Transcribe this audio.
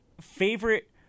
favorite